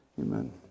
amen